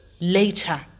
Later